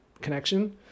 connection